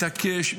התעקש,